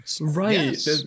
Right